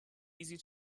easy